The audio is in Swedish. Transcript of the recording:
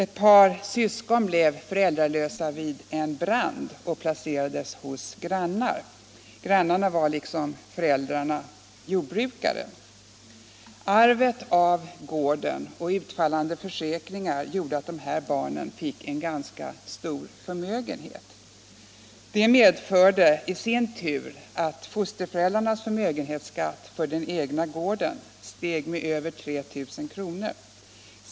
Ett par syskon blev föräldralösa vid en brand och placerades hos grannar. Grannarna var liksom föräldrarna jordbrukare. Arvet av gården och utfallande försäkringar gjorde att de här barnen fick en ganska stor förmögenhet. Det medförde i sin tur att fosterföräldrarnas förmögenhetsskatt för den egna gården steg med över 3 000 kr.